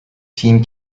team